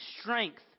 strength